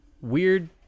weird